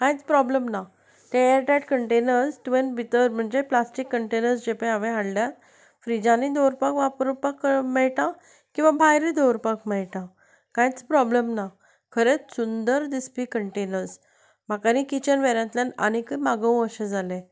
कांयच प्रोब्लेम ना ते एअर टायट कन्टेनर्स तुवेंन भितर म्हणजे प्लास्टीक कंटेनर्स जे पळय हांवें हाडल्यात फ्रिजानय दवरपाक वापरपाक मेळटा किंवा भायरय दवरपाक मेळटा कांयच प्रोब्लेम ना खरेंच सुंदर दिसपी कंटेनर्स म्हाका किचन वेअरांतल्यान आनीकय मागोवंक अशें जालें